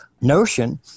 notion